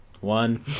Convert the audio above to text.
One